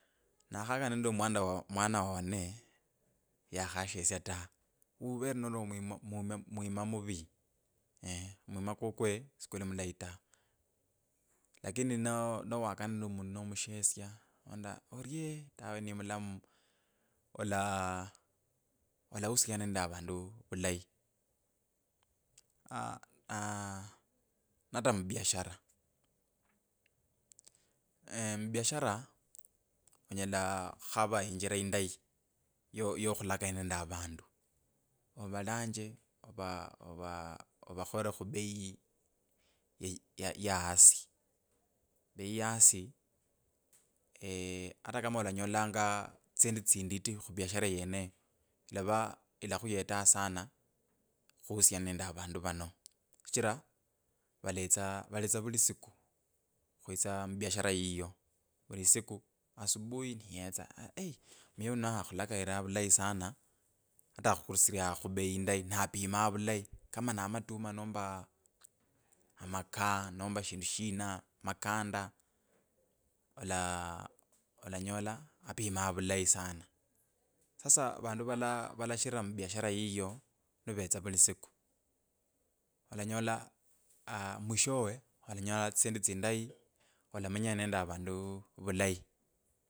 Nakhakana nende mwandawamwana wa wane yakhashesya ta uvere nende mwima mwoma, mwima muvi eeeh mwima kukwe sikuli mulayi ta lakini na no wakona nende omundu nomushesye onda orye tawe ni mlamu ola… alahusiana nende avandu vulayi. aaah na ata mubiashara eeeh mubiashara onyela khukhava injira indayi yo yokhulakaya nende avandu ovalunje ovakholere khubei ye, ya asi. Bei ya asi ata kama alanyolanga sana khuhusiana nende vandu vano, shichira valetsa valetsa vuli siku khetias mubiashara yiyo, vili siku asubui niyetsa ari aii, mute uno akhalakayira vulayi sana ata akhususirianga khubei indyi na apima vulayi kama na matuma nomba amakaa nomba shindu shina makanda ala,, alanyola apima vulayi sana sasa vandu valashira mubiashara yiyo nivetsa vulisiku. Olanyosha aah mwishowe alanyola tsisendi tsindayi olamenya nende avandu vulayi.